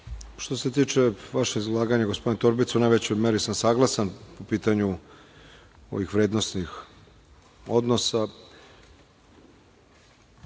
se tiče vašeg izlaganja, gospodine Torbica, u najvećoj meri sam saglasan po pitanju ovih vrednosnih odnosa.